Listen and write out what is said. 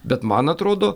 bet man atrodo